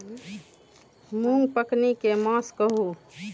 मूँग पकनी के मास कहू?